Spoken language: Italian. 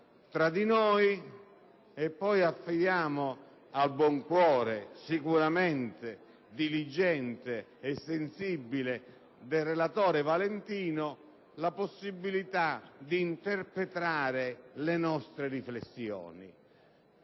tra noi, per poi affidare al buon cuore - sicuramente diligente e sensibile - del relatore Valentino la possibilità di interpretare le nostre riflessioni.